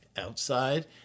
Outside